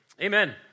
Amen